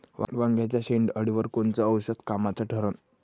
वांग्याच्या शेंडेअळीवर कोनचं औषध कामाचं ठरन?